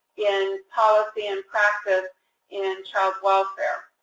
in policy and practice in child welfare.